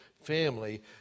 family